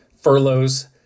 furloughs